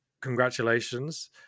Congratulations